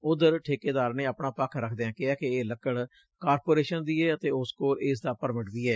ਉਧਰ ਠੇਕੇਂਦਾਰ ਨੇ ਆਪਣਾ ਪੱਖ ਰਖਦਿਆਂ ਕਿਹੈ ਕਿ ਇਹ ਲੱਕੜ ਕਾਰਪੋਰੇਸ਼ਨ ਦੀ ਏ ਅਤੇ ਉਸ ਕੋਲ ਇਸ ਦਾ ਪਰਮਿਟ ਵੀ ਏ